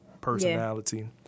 personality